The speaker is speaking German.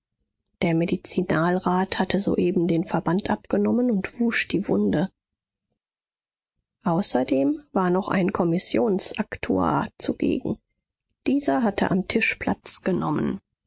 der medizinalrat hatte soeben den verband abgenommen und wusch die wunde außerdem war noch ein kommissionsaktuar zugegen dieser hatte am tisch platz genommen